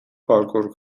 پارکور